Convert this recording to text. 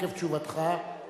שעקב תשובתך,